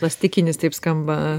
plastikinis taip skamba